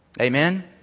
Amen